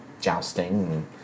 jousting